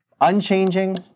unchanging